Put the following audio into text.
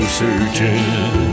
searching